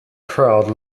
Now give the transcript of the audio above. crowd